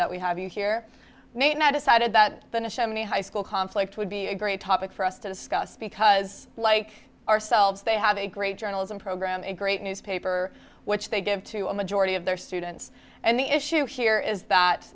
that we have you here now decided that many high school conflict would be a great topic for us to discuss because like ourselves they have a great journalism program a great newspaper which they give to a majority of their students and the issue here is that